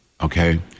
okay